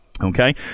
Okay